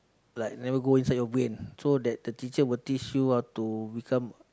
like never go inside your brain so that the teacher will teach you how to become